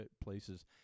places